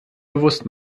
bewusst